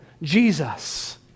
Jesus